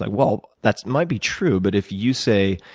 like well, that might be true, but if you, say,